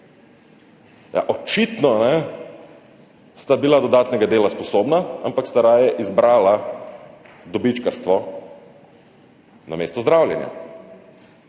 očitno sta bila dodatnega dela sposobna, ampak sta raje izbrala dobičkarstvo namesto zdravljenja.